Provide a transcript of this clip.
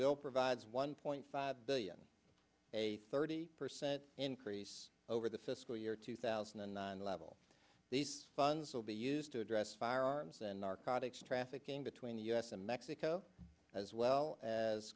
bill provides one point five billion a thirty percent increase over the fiscal year two thousand and nine level these funds will be used to address firearms and narcotics trafficking between the u s and mexico as well as